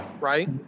right